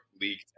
league